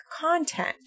content